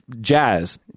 jazz